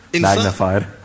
Magnified